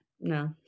No